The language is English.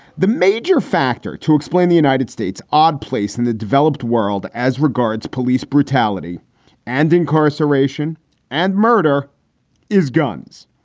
the major factor to explain the united states odd place in the developed world as regards police brutality and incarceration and murder is guns.